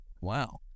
Wow